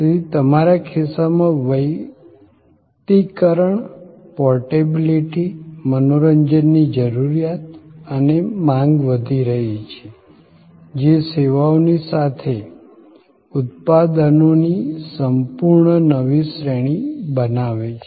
તેથી તમારા ખિસ્સામાં વૈયક્તિકરણ પોર્ટેબિલિટી મનોરંજનની જરૂરિયાત અને માંગ વધી રહી છે જે સેવાઓની સાથે સાથે ઉત્પાદનોની સંપૂર્ણ નવી શ્રેણી બનાવે છે